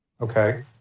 Okay